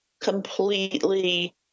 completely